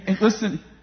listen